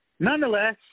Nonetheless